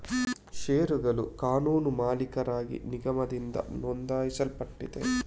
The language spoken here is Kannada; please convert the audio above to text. ಷೇರುಗಳ ಕಾನೂನು ಮಾಲೀಕರಾಗಿ ನಿಗಮದಿಂದ ನೋಂದಾಯಿಸಲ್ಪಟ್ಟಿದೆ